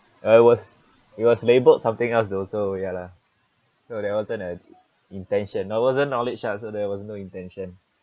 it was it was labelled something else though so ya lah so that wasn't a intention there wasn't knowledge lah so there was no intention